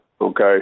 Okay